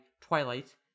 Twilight